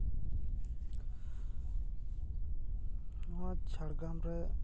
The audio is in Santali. ᱱᱚᱣᱟ ᱡᱷᱟᱲᱜᱨᱟᱢ ᱨᱮ